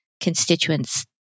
constituents